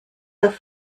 auf